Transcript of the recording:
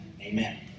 Amen